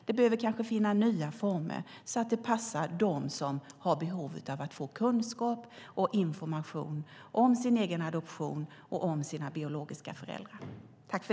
Det behöver kanske finna nya former så att det passar dem som har behov av att få kunskap och information om sin egen adoption och om sina biologiska föräldrar.